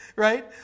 right